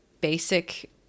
basic